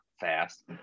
fast